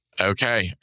Okay